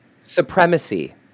supremacy